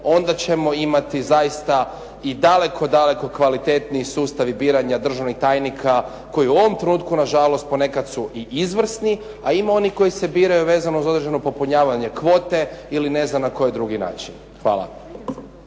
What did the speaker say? onda ćemo imati zaista i daleko, daleko kvalitetniji sustav i biranja državnih tajnika koji u ovom trenutku na žalost ponekad su i izvrsni, a ima onih koji se biraju vezano za određeno popunjavanje kvote ili ne znam na koji drugi način. Hvala.